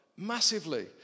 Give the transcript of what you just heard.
massively